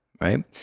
right